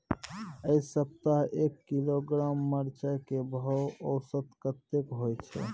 ऐ सप्ताह एक किलोग्राम मिर्चाय के भाव औसत कतेक होय छै?